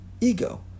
Ego